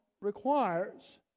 requires